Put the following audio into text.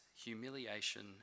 humiliation